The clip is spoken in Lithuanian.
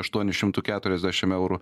aštuonių šimtų keturiasdešim eurų